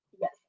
yes